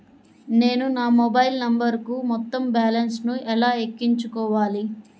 నేను నా మొబైల్ నంబరుకు మొత్తం బాలన్స్ ను ఎలా ఎక్కించుకోవాలి?